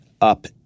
up